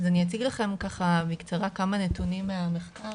אני אציג לכם בקצרה כמה נתונים מהמחקר.